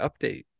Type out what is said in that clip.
update